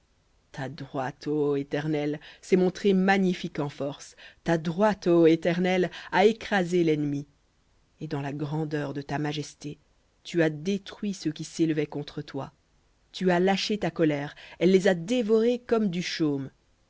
ta droite ô éternel s'est montrée magnifique en force ta droite ô éternel a écrasé lennemi et dans la grandeur de ta majesté tu as détruit ceux qui s'élevaient contre toi tu as lâché ta colère elle les a dévorés comme du chaume